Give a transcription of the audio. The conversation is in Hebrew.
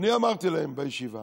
אני אמרתי להם בישיבה: